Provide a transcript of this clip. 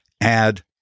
add